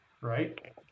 Right